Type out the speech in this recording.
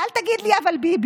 ואל תגיד לי: אבל ביבי.